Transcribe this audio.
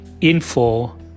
info